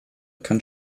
kann